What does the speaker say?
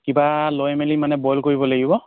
কিবা লৈ মেলি মানে বইল কৰিব লাগিব